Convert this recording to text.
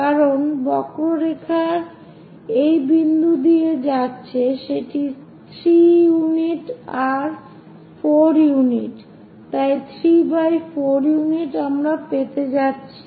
কারণ বক্ররেখা এই বিন্দু দিয়ে যাচ্ছে সেটি 3 ইউনিট আর 4 ইউনিট তাই 3 4 ইউনিট আমরা পেতে যাচ্ছি